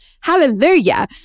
Hallelujah